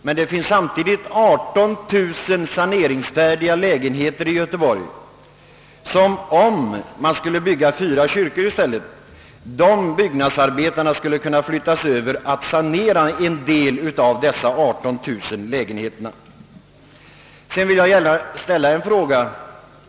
Men det finns samtidigt 18 000 saneringsmogna lägenheter i Göteborg, och om man skulle avstå från att bygga fyra kyrkor skulle i stället byggnadsarbetarna kunna flyttas över till arbetet med att sanera en del av dessa 18 000 lägenheter.